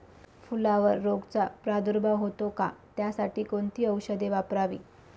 फुलावर रोगचा प्रादुर्भाव होतो का? त्यासाठी कोणती औषधे वापरावी?